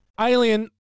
alien